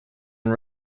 and